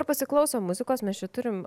pasiklausom muzikos mes čia turim